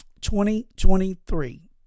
2023